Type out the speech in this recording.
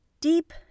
deep